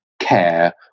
care